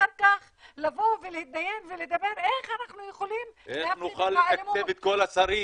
ואחר כך לבוא ולדבר איך אנחנו יכולים- -- איך נוכל לתקצב את כל השרים